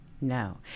No